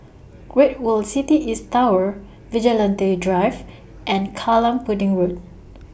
Great World City East Tower Vigilante Drive and Kallang Pudding Road